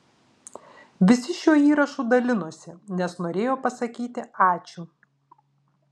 visi šiuo įrašu dalinosi nes norėjo pasakyti ačiū